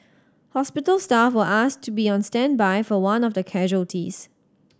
hospital staff were asked to be on standby for one of the casualties